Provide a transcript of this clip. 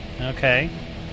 Okay